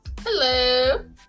Hello